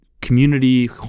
community